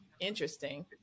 Interesting